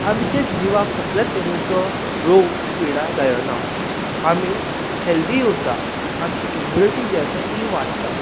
आमचे जिवाक कसलेच तरेचो रोग पिडा जायना आमी हेल्दी उरता आमची इम्यूनिटी जी आसा ती वाडटा